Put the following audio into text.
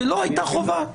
שלא הייתה חובה.